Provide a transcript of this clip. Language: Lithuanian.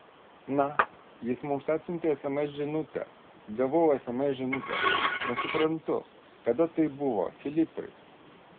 na jis mums atsiuntė sms žinutę gavau sms žinutę nesuprantu kada tai buvo filipai